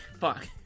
Fuck